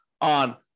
on